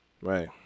Right